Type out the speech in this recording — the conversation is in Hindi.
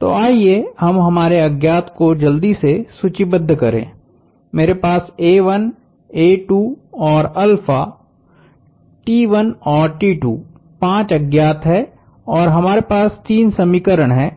तो आइए हम हमारे अज्ञात को जल्दी से सूचीबद्ध करें मेरे पास और और पाँच अज्ञात हैं और हमारे पास तीन समीकरण हैं